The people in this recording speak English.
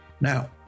Now